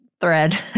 thread